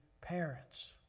parents